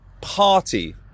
party